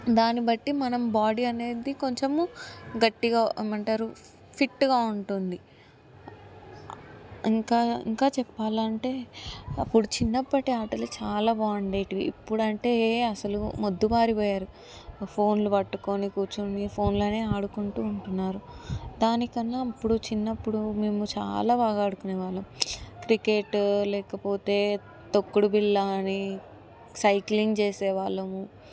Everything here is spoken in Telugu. దాని బట్టి మనం బాడీ అనేది కొంచెం గట్టిగా ఏమి అంటారు ఫిట్గా ఉంటుంది ఇంకా ఇంకా చెప్పాలి అంటే అప్పుడు చిన్నప్పటి ఆటలు చాలా బాగుండేవి ఇప్పుడంటేనే అసలు మొద్దు బారిపోయారు ఫోన్లు పట్టుకొని కూర్చొని ఫోన్లోనే ఆడుకుంటు ఉంటున్నారు దానికన్నా ఇప్పుడు చిన్నప్పుడు మేము చాలా బాగా ఆడుకునే వాళ్ళం క్రికెట్ లేకపోతే తొక్కుడు బిల్ల అని సైక్లింగ్ చేసే వాళ్ళము